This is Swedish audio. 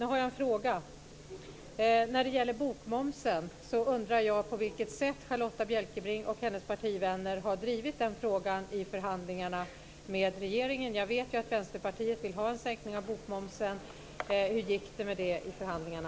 Nu har jag en fråga: På vilket sätt har Charlotta Bjälkebring och hennes partivänner drivit frågan om bokmomsen i förhandlingarna med regeringen? Jag vet att Vänsterpartiet vill ha en sänkning av bokmomsen. Hur har det gått med det här i förhandlingarna?